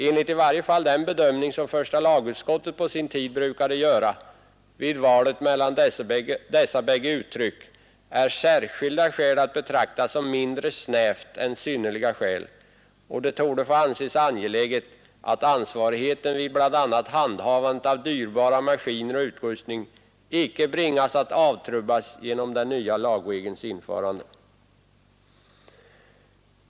Enligt i varje fall den bedömning som första lagutskottet på sin tid brukade göra vid valet mellan dessa bägge uttryck är ”särskilda skäl” att betrakta som mindre snävt än ”synnerliga skäl”, och det torde få anses angeläget att ansvarigheten vid bl.a. handhavandet av dyrbara maskiner och utrustning icke bringas att avtrubbas genom den nya lagregelns införande.